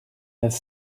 has